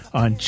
on